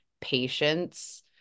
patience